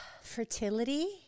fertility